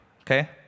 okay